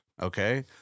Okay